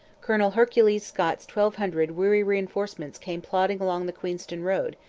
colonel hercules scott's twelve hundred weary reinforcements came plodding along the queenston road,